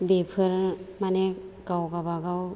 बेफोर माने गाव गावबागाव